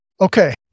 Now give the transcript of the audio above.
Okay